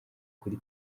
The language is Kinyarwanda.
kuri